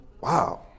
Wow